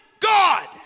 God